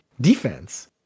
defense